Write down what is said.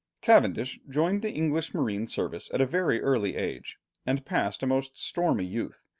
cavendish joined the english marine service at a very early age and passed a most stormy youth,